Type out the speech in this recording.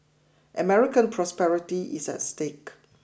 American prosperity is at stake